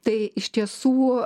tai iš tiesų